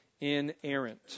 inerrant